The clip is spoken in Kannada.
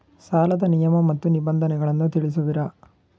ಸಾಲದ ನಿಯಮ ಮತ್ತು ನಿಬಂಧನೆಗಳನ್ನು ತಿಳಿಸುವಿರಾ?